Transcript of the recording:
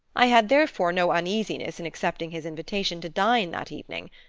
i had therefore no uneasiness in accepting his invitation to dine that evening.